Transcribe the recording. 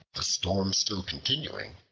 the storm still continuing,